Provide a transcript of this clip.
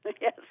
Yes